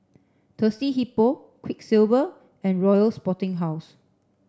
Thirsty Hippo Quiksilver and Royal Sporting House